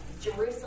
Jerusalem